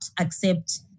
accept